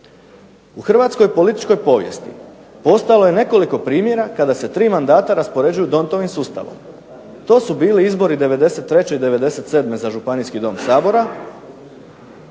U hrvatskoj političkoj povijesti ostalo je nekoliko primjera kada se tri mandata raspoređuju Dontovim sustavom. To su bili izbori '93. i '97. za Županijski dom Sabora,